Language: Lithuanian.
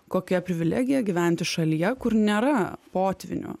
kokia privilegija gyventi šalyje kur nėra potvynių